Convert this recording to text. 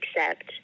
accept